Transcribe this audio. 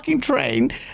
train